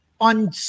on